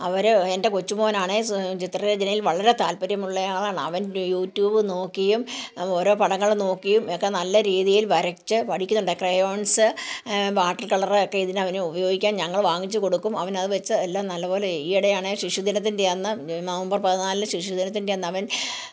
അവരെ എൻ്റെ കൊച്ചു മോനാണേ സ് ചിത്രരചനയിൽ വളരെ താത്പര്യമുള്ളയാളാണ് അവൻ യൂട്യുബ് നോക്കിയും ഓരോ പടങ്ങൾ നോക്കിയും ഒക്കെ നല്ല രീതിയിൽ വരച്ച് പഠിക്കുന്നുണ്ട് ക്രയോൺസ് വാട്ടർ കളർ ഒക്കെ ഇതിന് അവന് ഉപയോഗിക്കാൻ ഞങ്ങൾ വാങ്ങിച്ച് കൊടുക്കും അവനത് വെച്ച് എല്ലാം നല്ലപോലെ ഈയിടെയാണ് ശിശുദിനത്തിൻ്റെ അന്ന് നവംബർ പതിനാല് ശിശുദിനത്തിൻ്റെ അന്ന് അവൻ